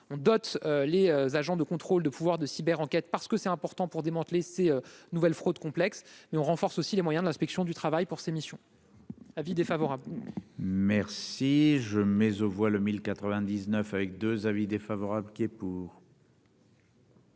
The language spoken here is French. ont d'autres, les agents de contrôle de pouvoir de Cyber enquête parce que c'est important pour démanteler ces nouvelles fraudes complexes mais on renforce aussi les moyens de l'inspection du travail pour ces missions : avis défavorable. Merci. Je mais voit le 1099 avec 2 avis défavorable qui est pour.